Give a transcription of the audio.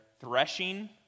threshing